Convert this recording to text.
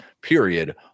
period